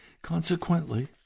Consequently